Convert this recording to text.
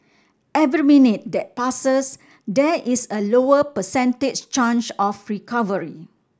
every minute that passes there is a lower percentage chance of recovery